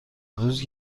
روز